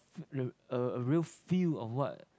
a a real feel of what